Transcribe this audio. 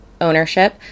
ownership